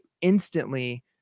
instantly